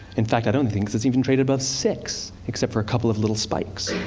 in fact, i don't think it's even traded above six, except for a couple of little spikes.